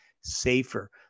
safer